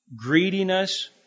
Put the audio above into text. greediness